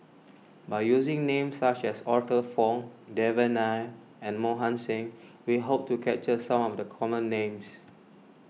by using names such as Arthur Fong Devan Nair and Mohan Singh we hope to capture some of the common names